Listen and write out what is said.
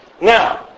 now